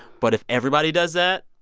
but if everybody does that,